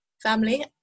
family